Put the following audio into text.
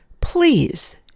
please